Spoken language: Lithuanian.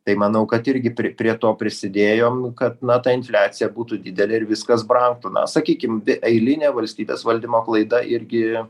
tai manau kad irgi prie prie to prisidėjom kad na ta infliacija būtų didelė ir viskas brangtų na sakykim tai eilinė valstybės valdymo klaida irgi